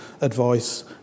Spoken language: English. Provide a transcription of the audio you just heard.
advice